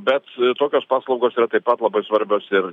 bet tokios paslaugos yra taip pat labai svarbios ir